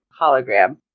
hologram